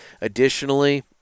Additionally